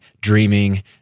dreaming